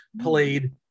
played